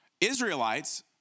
Israelites